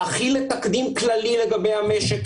להחיל תקדים כללי כלשהו לגבי המשק,